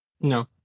No